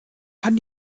kann